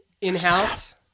in-house